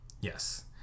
yes